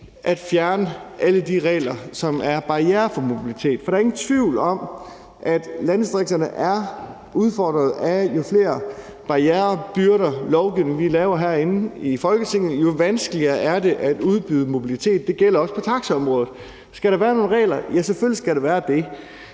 at fjerne alle de regler, som er barrierer for mobilitet. For der er ingen tvivl om, at landdistrikterne er udfordret. Jo flere barrierer, byrder og jo mere lovgivning, vi laver herinde i Folketinget, jo vanskeligere er det at udbyde mobilitet. Det gælder også på taxaområdet. Skal der være nogen regler? Ja, selvfølgelig skal der være det.